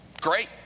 great